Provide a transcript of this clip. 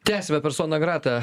tęsime persona grata